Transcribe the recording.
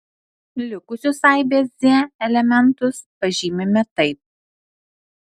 likusius aibės z elementus pažymime taip